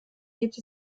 gibt